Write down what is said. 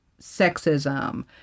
sexism